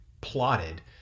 plotted